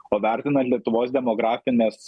o vertinant lietuvos demografines